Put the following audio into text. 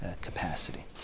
capacity